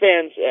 fans